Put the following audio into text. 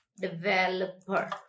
developer